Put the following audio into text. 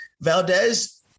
Valdez